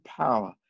power